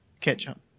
Ketchup